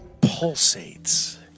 pulsates